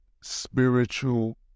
spiritual